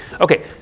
Okay